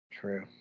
True